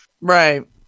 Right